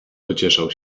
pocieszał